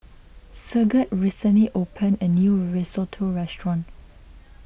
Sigurd recently opened a new Risotto restaurant